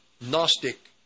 Gnostic